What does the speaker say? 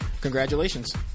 Congratulations